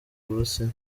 burusiya